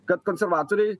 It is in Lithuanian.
kad konservatoriai